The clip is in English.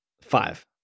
Five